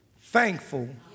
thankful